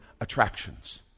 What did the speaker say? attractions